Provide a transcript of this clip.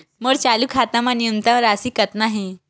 मोर चालू खाता मा न्यूनतम राशि कतना हे?